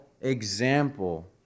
example